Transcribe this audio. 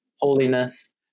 holiness